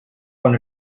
con